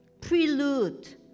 prelude